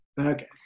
okay